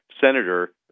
Senator